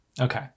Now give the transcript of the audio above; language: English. Okay